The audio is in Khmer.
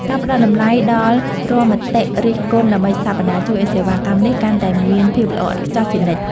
ការផ្តល់តម្លៃដល់រាល់មតិរិះគន់ដើម្បីស្ថាបនា ជួយឱ្យសេវាកម្មនេះកាន់តែមានភាពល្អឥតខ្ចោះជានិច្ច។